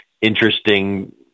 interesting